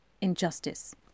injustice